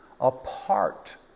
apart